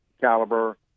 caliber –